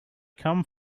come